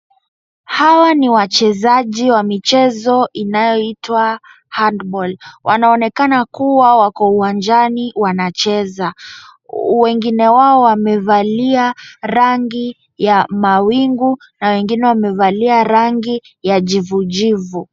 Hawa ni wachezaji wa michezo inayoitwa hand ball . Wanaonekana kuwa wako uwanjani wanacheza. Wengine wao wamevalia rangi ya mawingu na wengine wamevalia rangi ya jivu jivu.